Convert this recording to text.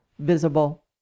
visible